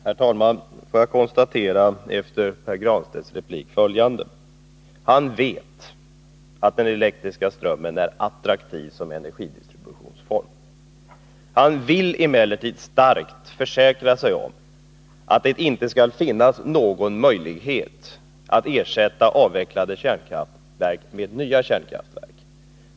Herr talman! Låt mig efter Pär Granstedts replik konstatera följande. Han vet att den elektriska strömmen är attraktiv som energidistributionsform. Han vill emellertid starkt försäkra sig om att det inte skall finnas någon möjlighet att ersätta avvecklade kärnkraftverk med nya kärnkraftverk.